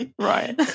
Right